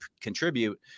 contribute